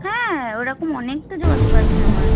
হ্যাঁ ওরকম অনেক তো যোগাযোগ আছে আমার